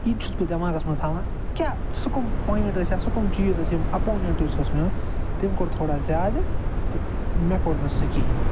تہٕ یہِ تہِ چھُس بہٕ دٮ۪ماغس منٛز تھاوان کیٛاہ سُہ کِم پایِنٛٹ ٲسۍ یا سُہ کِم چیٖز ٲسۍ یِم اَپونٮ۪نٛٹ یُس اوس میون تٔمۍ کوٚر تھوڑا زیادٕ تہٕ مےٚ کوٚر نہٕ سُہ کِہیٖنۍ